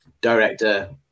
Director